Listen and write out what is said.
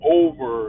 over